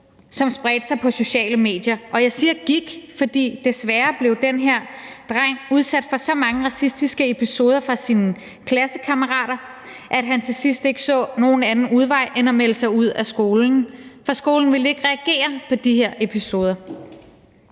som spredte sig på sociale medier, og jeg siger »gik«. For desværre blev den her dreng udsat for så mange racistiske episoder fra sine klassekammerater, at han til sidst ikke så nogen anden udvej end at melde sig ud af skolen, for skolen ville ikke reagere på de her episoder.